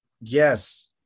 Yes